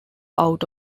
out